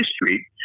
history